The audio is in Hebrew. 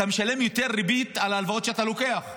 אתה משלם יותר ריבית על ההלוואות שאתה לוקח.